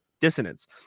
dissonance